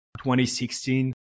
2016